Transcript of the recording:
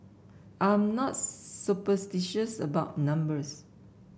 I'm not superstitious about numbers